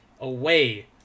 away